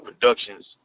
Productions